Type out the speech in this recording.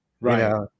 Right